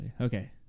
okay